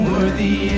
Worthy